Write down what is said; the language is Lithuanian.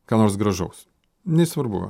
ką nors gražaus nesvarbu